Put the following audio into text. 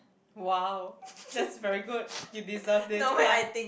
!wow! that's very good you deserve this card